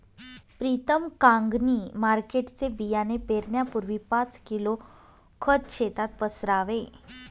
प्रीतम कांगणी मार्केटचे बियाणे पेरण्यापूर्वी पाच किलो खत शेतात पसरावे